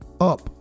up